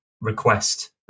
request